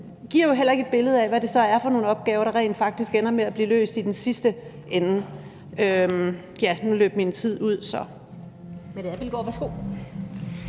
til, giver jo heller ikke et billede af, hvad det så er for nogle opgaver, der rent faktisk ender med at blive løst i den sidste ende. Og nu løb min tid ud. Kl.